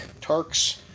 Tarks